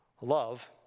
Love